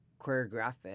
choreographic